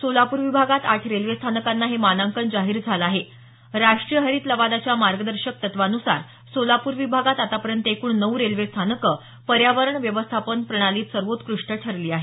सोलापूर विभागात आठ रेल्वे स्थानकांना हे मानांकन जाहीर झालं आहे राष्ट्रीय हरित लवादाच्या मार्गदर्शक तत्त्वानुसार सोलापूर विभागात आतापर्यंत एकूण नऊ रेल्वे स्थानकं पर्यावरण व्यवस्थापन प्रणालीत सर्वात्कृष्ट ठरली आहेत